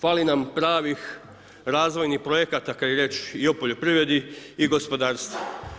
Fali nam pravih razvojnih projekata kad je riječ i o poljoprivredi i gospodarstvu.